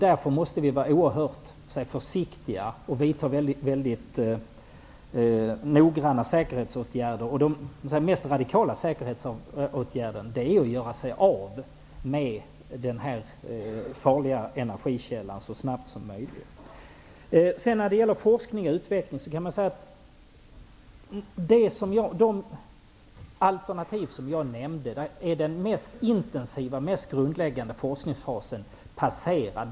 Därför måste vi vara oerhört försiktiga och vidta mycket noggranna säkerhetsåtgärder. Den mest radikala säkerhetsåtgärden är ju att göra sig av med denna farliga energikälla så snabbt som möjligt. När det gäller forskning och utveckling kan man säga att beträffande de alternativ som jag nämnde är den mest intensiva och grundläggande forskningsfasen passerad.